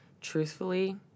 truthfully